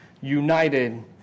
united